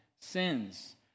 sins